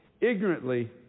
ignorantly